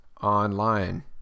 online